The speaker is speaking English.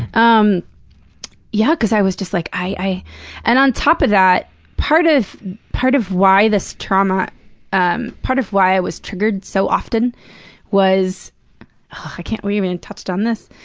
um yeah, ah cause i was just, like, i and on top of that, part of part of why this trauma um part of why i was triggered so often was i can't believe we haven't touched on this.